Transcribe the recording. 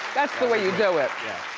that's the way you do it. yeah.